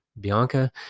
Bianca